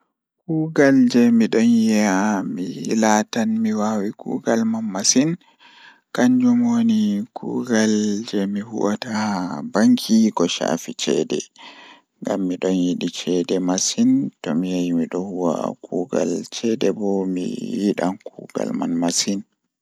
Kuugal jei miɗon yi'a laatan mi waawi kuugal man masin Miɗo waawi waɗde gollal e fannuɓe laawol e jamii sabu miɗo yiɗi goɗɗum e jokkondirɗe. Miɗo waawi waɗde sabu mi foti caɗeele, miɗo waawi waɗde caɗeele so miɗo yiɗi ko aɗa waawi jokkude.